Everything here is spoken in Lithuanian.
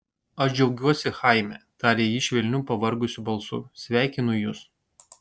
aš džiaugiuosi chaime tarė ji švelniu pavargusiu balsu sveikinu jus